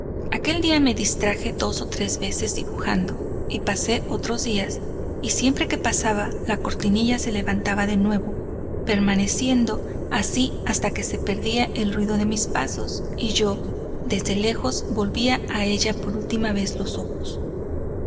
aquel día me distraje dos o tres veces dibujando y pasé otros días y siempre que pasaba la cortinilla se levantaba de nuevo permaneciendo así hasta que se perdía el ruido de mis pasos y yo desde lejos volvía a ella por última vez los ojos